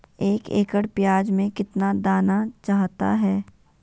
एक एकड़ प्याज में कितना दाना चाहता है?